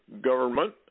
government